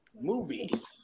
Movies